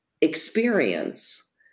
experience